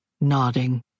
nodding